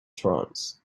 trance